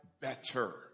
better